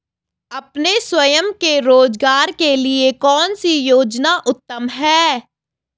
अपने स्वयं के रोज़गार के लिए कौनसी योजना उत्तम है?